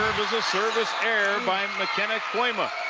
service error by mckenna kooima.